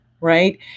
Right